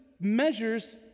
measures